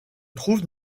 trouve